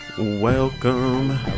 Welcome